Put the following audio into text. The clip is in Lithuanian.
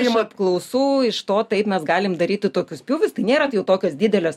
ima apklausų iš to taip mes galim daryti tokius pjūvius nėra jau tokios didelės